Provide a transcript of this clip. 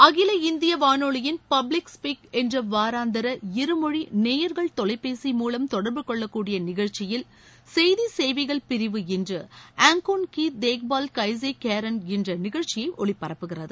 அகில இந்திய வானொலியின் பப்ளிக் ஸ்பீக் என்ற வாராந்தர இருமொழி நேயர்கள் தொலைபேசி மூலம் தொடர்புகொள்ளக்கூடிய நிகழ்ச்சியில் செய்திச் சேவைகள் பிரிவு இன்று ஆங்கோன் கி தேக்பால் கைஸே கேரன என்ற நிகழ்ச்சியை ஒலிபரப்புகிறது